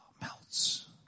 melts